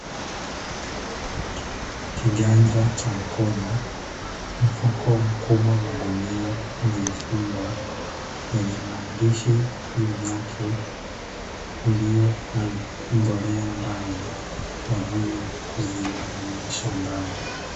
Kiganja cha mkono, mfuko mkubwa wa gunia uliofungwa, wenye maandishi juu yake, ulio na mbolea ndani kwa ajili ya kukuzia mimea shambani.